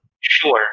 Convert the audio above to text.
sure